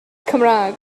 cymraeg